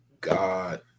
God